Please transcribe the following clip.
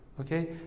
okay